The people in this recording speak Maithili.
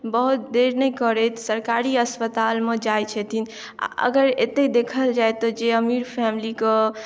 बहुत देर नहि करैत सरकारी हस्पतालमे जाइ छथिन आ अगर एतै देखल जाय तऽ जे अमीर फैमिली के